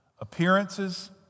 Appearances